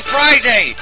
Friday